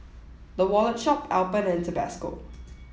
the Wallet Shop Alpen and Tabasco